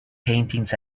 paintings